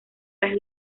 las